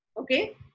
Okay